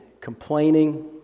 complaining